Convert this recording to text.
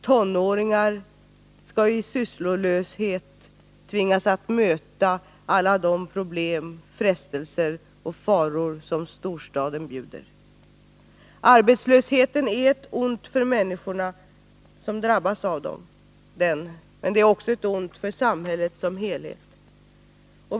Tonåringar skall i sysslolöshet tvingas möta alla de problem, frestelser och faror som storstaden bjuder. Arbetslösheten är ett ont för människorna som drabbas av den, men den är också ett ont för samhället som helhet.